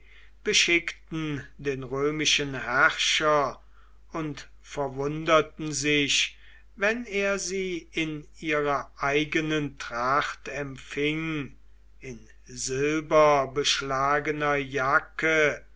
beschickten den römischen herrscher und verwunderten sich wenn er sie in ihrer eigenen tracht empfing in silberbeschlagener jacke